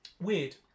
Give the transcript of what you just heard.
weird